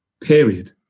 period